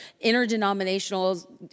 interdenominational